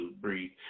breed